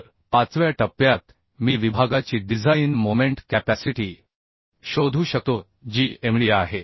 तर पाचव्या टप्प्यात मी विभागाची डिझाइन मोमेंट कॅपॅसिटी शोधू शकतो जी md आहे